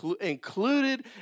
included